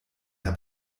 herr